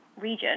region